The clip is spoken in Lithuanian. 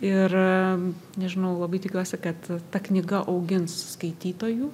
ir nežinau labai tikiuosi kad ta knyga augins skaitytojų